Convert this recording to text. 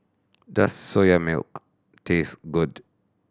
does Soya Milk taste good